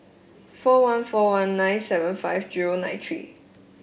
four one four one nine seven five zero nine three